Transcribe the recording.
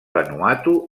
vanuatu